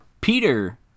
peter